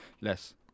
less